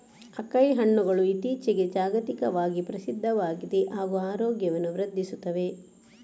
acai ಹಣ್ಣುಗಳು ಇತ್ತೀಚಿಗೆ ಜಾಗತಿಕವಾಗಿ ಪ್ರಸಿದ್ಧವಾಗಿವೆ ಹಾಗೂ ಆರೋಗ್ಯವನ್ನು ವೃದ್ಧಿಸುತ್ತವೆ